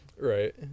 Right